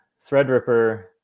Threadripper